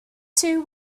two